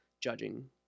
judging